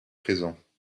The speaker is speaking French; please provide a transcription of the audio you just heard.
présent